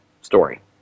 story